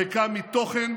ריקה מתוכן,